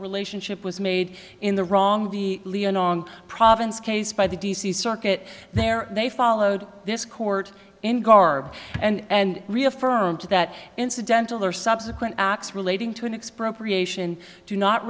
relationship was made in the wrong the province case by the d c circuit there they followed this court in garb and reaffirmed that incidental or subsequent acts relating to an expropriation do not